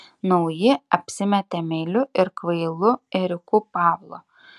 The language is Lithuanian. nauji apsimetė meiliu ir kvailu ėriuku pavlo